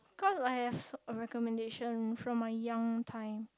cause I have a recommendation from my young time